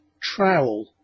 trowel